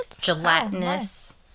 Gelatinous